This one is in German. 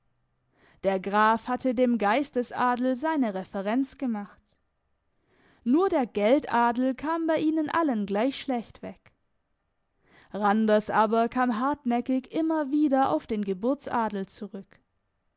der graf hatte dem geistesadel seine reverenz gemacht nur der geldadel kam bei ihnen allen gleich schlecht weg randers aber kam hartnäckig immer wieder auf den geburtsadel zurück